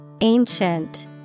Ancient